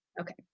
Okay